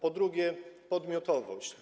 Po drugie - podmiotowość.